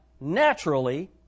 naturally